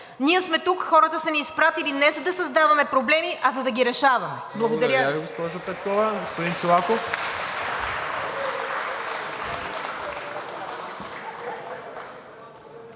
Ние сме тук, хората са ни изпратили не за да създаваме проблеми, а за да ги решаваме. Благодаря Ви.